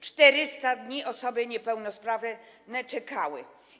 400 dni osoby niepełnosprawne czekały.